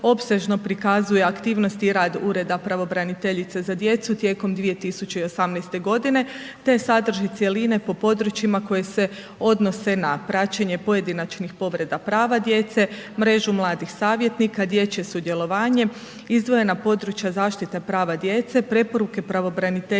opsežno prikazuje aktivnosti i rad Ureda pravobraniteljice za djecu tijekom 2018. g. te sadrži cjeline po područjima koje se odnose na praćenje pojedinačnih povreda prava djece, mrežu mladih savjetnika, dječje sudjelovanje, izdvojena područja zaštite prava djece, preporuke pravobraniteljice